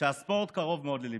הספורט קרוב מאוד לליבי,